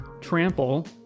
Trample